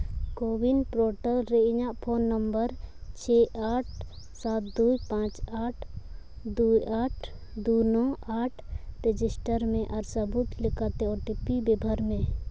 CoWIN portal ᱨᱮ ᱤᱧᱟᱹᱜ phone number ᱪᱷᱮᱭ ᱟᱴ ᱥᱟᱛ ᱫᱩᱭ ᱯᱟᱸᱪ ᱟᱴ ᱫᱩ ᱟᱴ ᱫᱩ ᱱᱚ ᱟᱴ ᱨᱮᱡᱤᱥᱴᱟᱨ ᱢᱮ ᱟᱨ ᱥᱟᱹᱵᱩᱫ ᱞᱮᱠᱟᱛᱮ ᱳ ᱴᱤ ᱯᱤ ᱵᱮᱵᱚᱦᱟᱨ ᱢᱮ